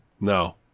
No